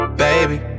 Baby